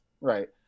Right